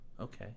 Okay